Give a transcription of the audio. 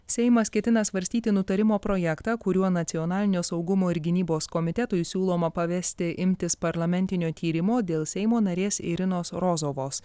seimas ketina svarstyti nutarimo projektą kuriuo nacionalinio saugumo ir gynybos komitetui siūloma pavesti imtis parlamentinio tyrimo dėl seimo narės irinos rozovos